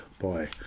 boy